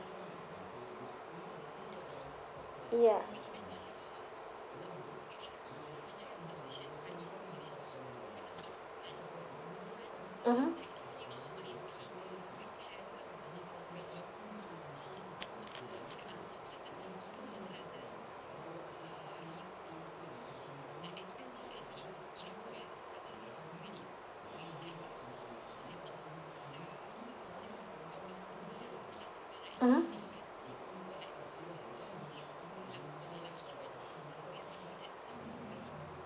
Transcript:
ya mmhmm mmhmm